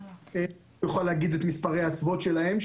הוא יוכל להגיד את מספרי האצוות שלהם,